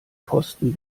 posten